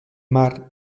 mar